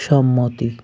সম্মতি